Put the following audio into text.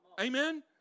Amen